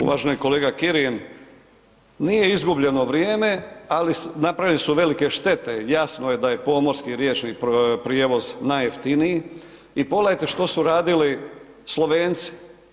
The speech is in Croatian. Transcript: Uvaženi kolega Kirin, nije izgubljeno vrijeme, ali napravljene su velike štete i jasno je da je pomorski riječni prijevoz najjeftiniji i pogledajte što su radili Slovenci.